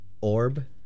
Orb